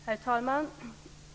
Herr talman!